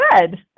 Good